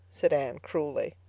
said anne cruelly.